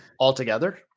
altogether